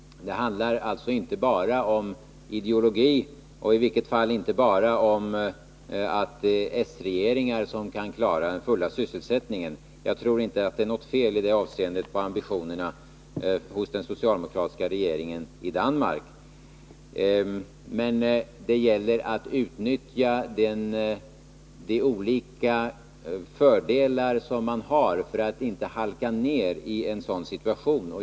Det handlar alltså inte bara om ideologi och under alla förhållanden inte bara om att endast s-regeringar kan upprätthålla full sysselsättning. Jag tror inte att det i detta avseende är något fel på ambitionerna hos den socialdemokratiska regeringen i Danmark. Men det gäller att utnyttja de olika fördelar som man har för att inte halka ned i en sådan situation.